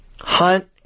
hunt